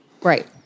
right